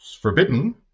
forbidden